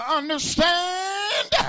understand